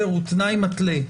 הוא תנאי מתלה.